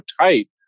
tight